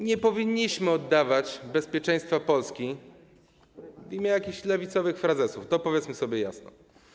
Nie powinniśmy oddawać bezpieczeństwa Polski w imię jakichś lewicowych frazesów - to powiedzmy sobie jasno.